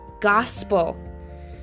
gospel